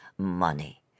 money